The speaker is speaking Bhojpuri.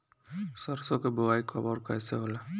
सरसो के बोआई कब और कैसे होला?